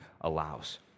allows